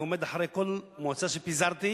אני עומד מאחורי כל פיזור מועצה שפיזרתי,